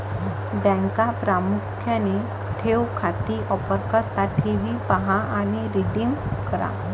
बँका प्रामुख्याने ठेव खाती ऑफर करतात ठेवी पहा आणि रिडीम करा